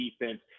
defense